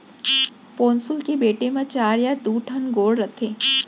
पौंसुल के बेंट म चार या दू ठन गोड़ रथे